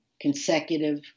consecutive